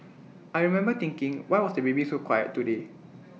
I remember thinking why was the baby so quiet today